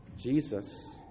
Jesus